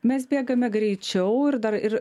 mes bėgame greičiau ir dar ir